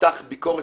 מתח ביקורת